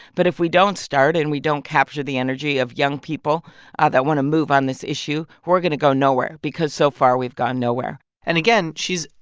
but if we don't start and we don't capture the energy of young people that want to move on this issue, we're going to go nowhere because, so far, we've gone nowhere and, again, she's,